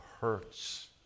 hurts